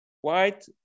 white